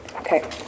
Okay